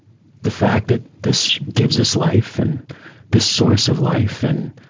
the fact that this gives us life and this source of life. and,